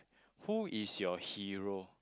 who is your hero